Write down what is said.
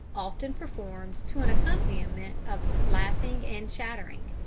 often performed to an accompaniment of laughing and chattering.